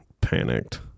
panicked